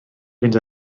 fynd